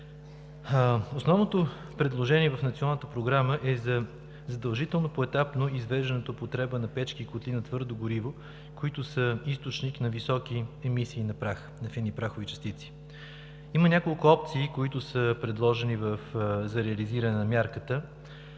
основното предложение в Националната програма е за задължително поетапно извеждане от употреба на печки и котли на твърдо гориво, които са източник на високи емисии на фини прахови частици. Има няколко опции, които са предложени за реализиране на мярката.